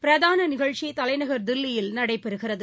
பிரதானநிகழ்ச்சிதலைநகர் தில்லியில் நடைபெறுகிறது